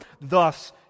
thus